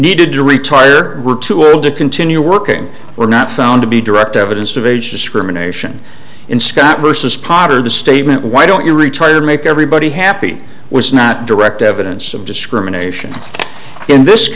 needed to retire were too old to continue working or not found to be direct evidence of age discrimination in scott bush was part of the statement why don't you retire make everybody happy was not direct evidence of discrimination in this